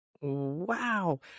Wow